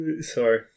Sorry